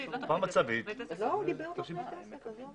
מדבר על תוכנית עסק.